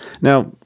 Now